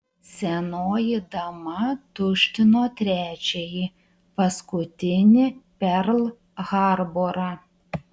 senoji dama tuštino trečiąjį paskutinį perl harborą